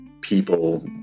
people